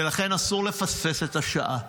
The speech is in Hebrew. ולכן אסור לפספס את השעה,